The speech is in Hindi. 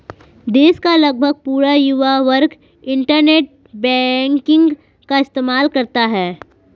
देश का लगभग पूरा युवा वर्ग इन्टरनेट बैंकिंग का इस्तेमाल करता है